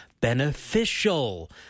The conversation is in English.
beneficial